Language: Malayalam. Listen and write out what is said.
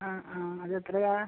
ആ ആ അത് എത്രയാണ്